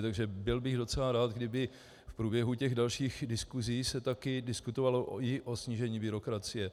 Takže byl bych docela rád, kdyby v průběhu dalších diskusí se také diskutovalo i o snížení byrokracie.